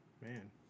Man